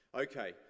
Okay